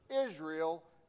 Israel